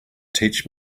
teach